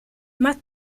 más